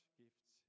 gifts